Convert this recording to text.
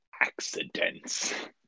accidents